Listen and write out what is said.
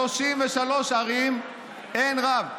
ב-33 ערים אין רב.